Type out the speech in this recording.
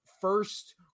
first